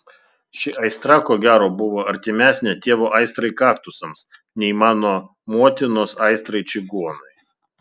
ši aistra ko gero buvo artimesnė tėvo aistrai kaktusams nei mano motinos aistrai čigonui